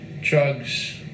drugs